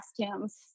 costumes